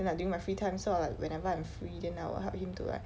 then like during my free time so I will like whenever I'm free then I will help him to like